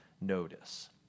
notice